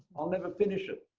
i'll never finish it.